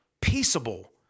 Peaceable